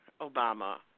Obama